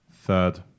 Third